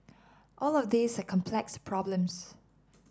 all of these are complex problems